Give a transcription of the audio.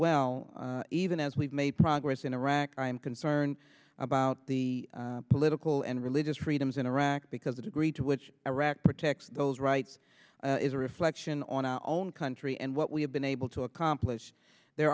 well even as we've made progress in iraq i am concerned about the political and religious freedoms in iraq because the degree to which iraq protect those rights is a reflection on our own country and what we have been able to occur pledge there